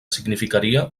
significaria